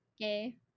okay